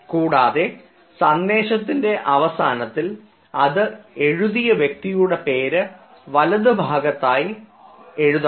കൂടാതെ സന്ദേശത്തിന്റെ അവസാനത്തിൽ അത് എഴുതിയ വ്യക്തിയുടെ പേര് വലതുവശത്തായി എഴുതണം